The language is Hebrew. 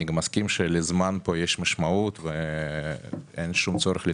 אני גם מסכים שלזמן פה יש משמעות ואין שום צורך להתמהמה.